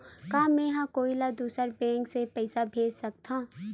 का मेंहा कोई ला दूसर बैंक से पैसा भेज सकथव?